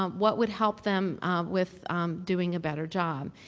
um what would help them with doing a better job.